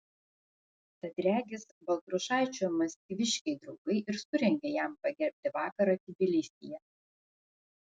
tad regis baltrušaičio maskviškiai draugai ir surengė jam pagerbti vakarą tbilisyje